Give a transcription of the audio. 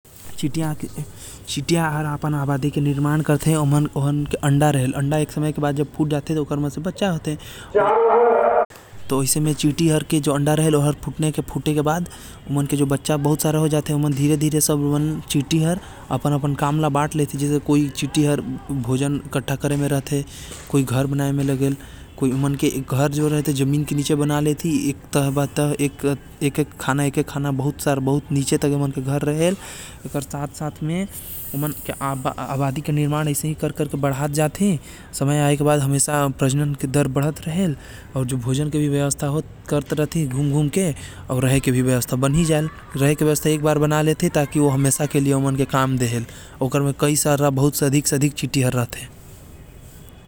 चींटी मन के आबादी अंडा देहे ले बड़ेल अउ अंडा केवल रानी चींटी हर देहल और बाकि सभी काम सभी काम आपस में बाँट कर करथे कोई मजदूरी करेल कोई खाना अउ कोई रक्षा करेल।